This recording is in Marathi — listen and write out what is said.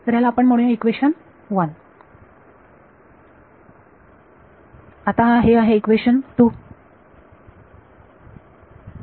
तर ह्याला आपण म्हणूया इक्वेशन 1 आणि हे आता इक्वेशन 2 आहे